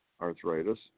arthritis